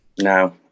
no